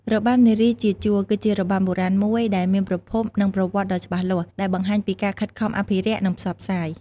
របាំនារីជាជួរ គឺជារបាំបុរាណមួយដែលមានប្រភព និងប្រវត្តិដ៏ច្បាស់លាស់ ដែលបង្ហាញពីការខិតខំអភិរក្ស និងផ្សព្វផ្សាយ។